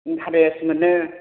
interest मोनो